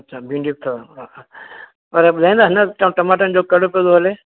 अछा भींडियूं अथव हा हा पर ॿुधाईंदा हिन वक़्तु टमाटनि जो कहिड़ो अघु थो हले